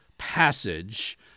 passage